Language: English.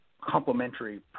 complementary